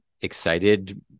excited